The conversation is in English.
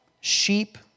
sheep